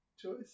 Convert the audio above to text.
choice